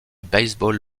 baseball